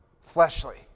fleshly